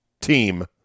team